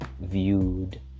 viewed